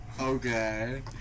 Okay